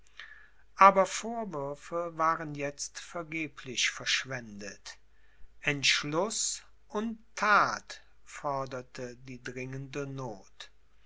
aber vorwürfe waren jetzt vergeblich verschwendet entschluß und that forderte die dringende noth